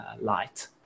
light